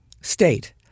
state